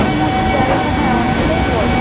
জায়গাটা হ্যাঁ অনেকটাই বড়ো